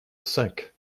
cinq